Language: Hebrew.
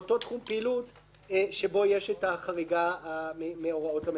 פעילות שיש בו החריגה מהוראות הממשלה.